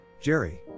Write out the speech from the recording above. Jerry